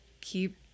keep